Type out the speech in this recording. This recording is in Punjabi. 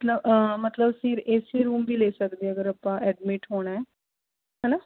ਮਤਲਬ ਮਤਲਬ ਅਸੀਂ ਏਸੀ ਰੂਮ ਵੀ ਲੈ ਸਕਦੇ ਅਗਰ ਆਪਾਂ ਐਡਮਿਟ ਹੋਣਾ ਹੈ ਨਾ